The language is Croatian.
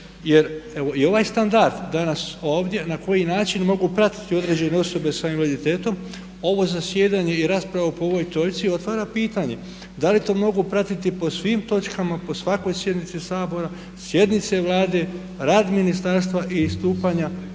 Jer evo i ovaj standard danas ovdje na koji način mogu pratiti određene osobe sa invaliditetom ovo zasjedanje i raspravu po ovoj točci otvara pitanje da li to mogu pratiti po svim točkama, po svakoj sjednici Sabora, sjednice Vlade, rad ministarstva i istupanja